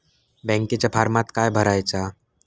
बँकेच्या फारमात काय भरायचा?